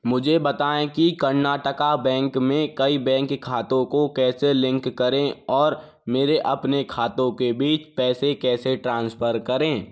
मुझे बताएँ कि कर्नाटक बैंक में कई बैंक खातों को कैसे लिंक करें और मेरे अपने खातों के बीच पैसे कैसे ट्रांसफ़र करें